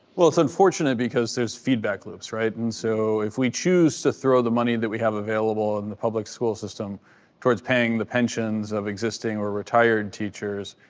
well, it's unfortunate because there's feedback loops. and so if we choose to throw the money that we have available in the public school system towards paying the pensions of existing or retired teachers,